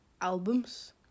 albums